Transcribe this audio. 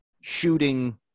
shooting